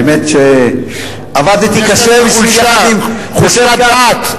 האמת היא שעבדתי קשה, יש איזו חולשה, חולשת דעת,